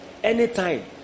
Anytime